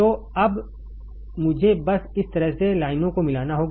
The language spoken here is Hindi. तो अब मुझे बस इस तरह से लाइनों को मिलाना होगा